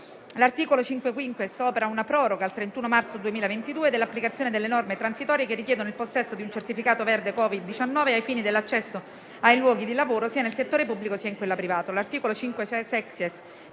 L'articolo 5-*quinquies* opera una proroga al 31 marzo 2022 dell'applicazione delle norme transitorie che richiedono il possesso di un certificato verde Covid-19 ai fini dell'accesso ai luoghi di lavoro, sia nel settore pubblico che in quello privato.